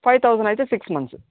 five thousand అయితే six months